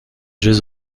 jeux